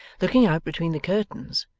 looking out between the curtains,